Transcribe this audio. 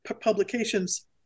publications